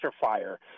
fire